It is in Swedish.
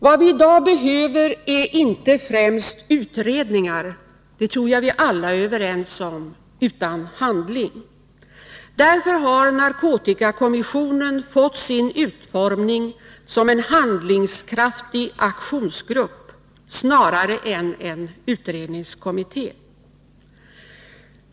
Vad vi behöver i dag är inte främst utredningar — det tror jag vi alla är överens om — utan handling. Därför har narkotikakommissionen fått sin utformning som en handlingskraftig aktionsgrupp snarare än som en utredningkommitté.